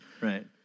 right